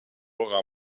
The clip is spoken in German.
zora